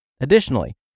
Additionally